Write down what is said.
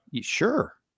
Sure